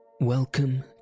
Welcome